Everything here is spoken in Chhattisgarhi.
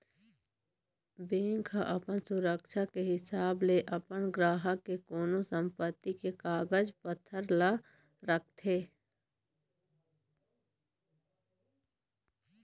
बेंक ह अपन सुरक्छा के हिसाब ले अपन गराहक के कोनो संपत्ति के कागज पतर ल रखथे